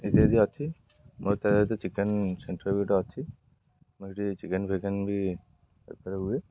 ଇତ୍ୟାଦି ଅଛି ମୋର ତା ସହିତ ଚିକେନ୍ ସେଣ୍ଟର୍ ବି ଗୋଟେ ଅଛି ମୁଁ ସେଇଠି ଚିକେନ୍ ଫେକେନ୍ ବି ହୁଏ